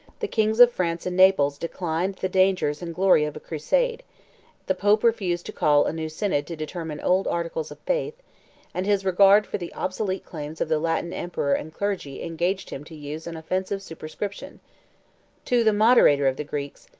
the kings of france and naples declined the dangers and glory of a crusade the pope refused to call a new synod to determine old articles of faith and his regard for the obsolete claims of the latin emperor and clergy engaged him to use an offensive superscription to the moderator of the greeks,